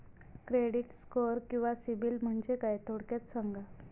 Credit score किंवा सिबिल म्हणजे काय? थोडक्यात सांगा